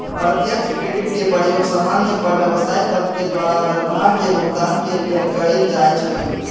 प्रत्यक्ष क्रेडिट के प्रयोग समान्य पर व्यवसाय सभके द्वारा दरमाहा के भुगतान के लेल कएल जाइ छइ